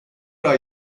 are